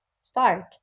start